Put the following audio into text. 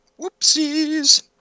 whoopsies